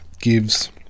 gives